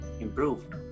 improved